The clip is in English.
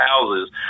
houses